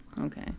Okay